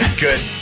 Good